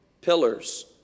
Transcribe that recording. pillars